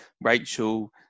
Rachel